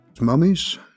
Mummies